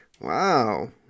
Wow